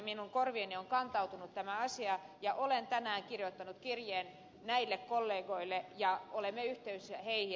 minun korviini on kantautunut tämä asia ja olen tänään kirjoittanut kirjeen näille kollegoille ja olemme yhteydessä heihin